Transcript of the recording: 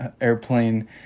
airplane